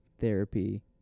therapy